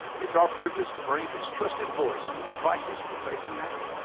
it's our privilege to bring his trusted voice to the crisis we're facing now,